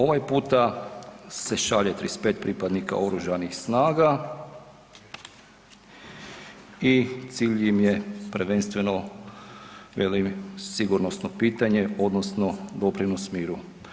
Ovaj se šalje 35 pripadnika Oružanih snaga i cilj im je prvenstveno velim sigurnosno pitanje odnosno doprinos miru.